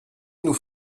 nous